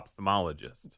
ophthalmologist